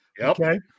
Okay